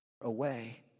away